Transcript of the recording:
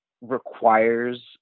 requires